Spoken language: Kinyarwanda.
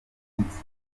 munsi